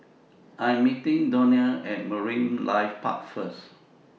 I Am meeting Donnell At Marine Life Park First